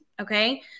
okay